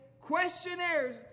questionnaires